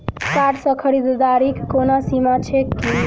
Card सँ खरीददारीक कोनो सीमा छैक की?